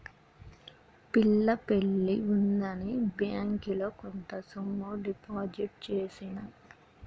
పిల్ల పెళ్లి ఉందని బ్యేంకిలో కొంత సొమ్ము డిపాజిట్ చేసిన